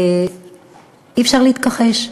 אי-אפשר להתכחש,